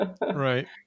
Right